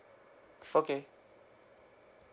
okay